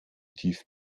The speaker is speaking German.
tief